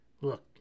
Look